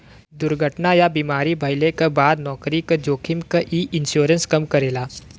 दुर्घटना या बीमारी भइले क बाद नौकरी क जोखिम क इ इन्शुरन्स कम करेला